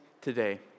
today